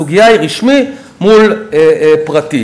הסוגיה היא רשמי מול פרטי.